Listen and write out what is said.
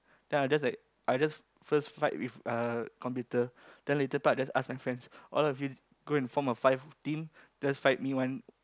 then I'll just like I just first fight with uh computer then later part ask my friends all of you go and form a five team just fight me one